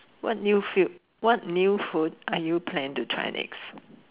what new food what new food are you planning to try next